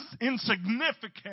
insignificant